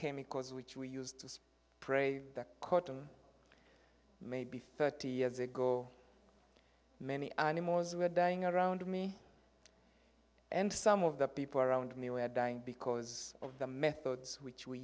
chemicals which we used to pray that maybe thirty years ago many animals were dying around me and some of the people around me were dying because of the methods which we